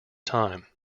time